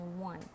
one